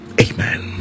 Amen